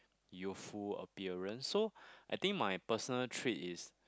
youthful appearance so I think my personal trait is